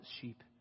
sheep